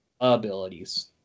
abilities